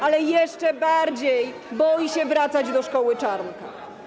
Ale jeszcze bardziej boi się wracać do szkoły Czarnka.